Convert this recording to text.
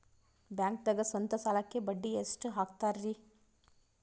ಬ್ಯಾಂಕ್ದಾಗ ಸ್ವಂತ ಸಾಲಕ್ಕೆ ಬಡ್ಡಿ ಎಷ್ಟ್ ಹಕ್ತಾರಿ?